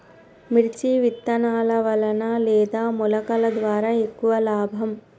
మిర్చి విత్తనాల వలన లేదా మొలకల ద్వారా ఎక్కువ లాభం?